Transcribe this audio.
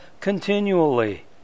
continually